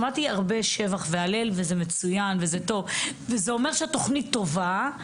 שמעתי הרבה שבח והלל וזה מצוין כמובן וזה טוב וזה אומר שהתוכנית טובה.